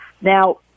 Now